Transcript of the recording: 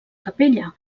capella